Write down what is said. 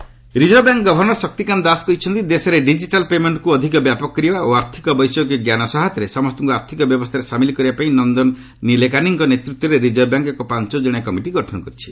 RBI governor reserve bank governor Shaktikanta Das କହିଛନ୍ତି ଦେଶରେ digital ପେମେଣ୍ଟକୁ ଅଧିକ ବ୍ୟାପକ କରିବା ଓ ଆର୍ଥିକ ବୈଷୟିକ ଜ୍ଞାନ ସହାୟତାରେ ସମସ୍ତଙ୍କୁ ଆର୍ଥକ ବ୍ୟବସ୍ଥାରେ ସାମିଲ୍ କରିବାପାଇଁ ନନ୍ଦନ ନିଲେକାନିଙ୍କ ନେତୃତ୍ୱରେ ରିଜର୍ଭ ବ୍ୟାଙ୍କ୍ ଏକ ପାଞ୍ଚକଣିଆ କମିଟି ଗଠନ କରିଛି